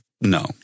No